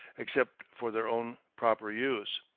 except for their own proper use.